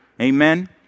Amen